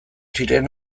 ziren